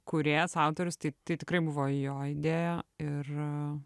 kūrėjas autorius tai tai tikrai buvo jo idėja ir